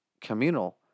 communal